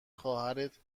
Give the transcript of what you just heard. خواهرت